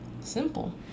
Simple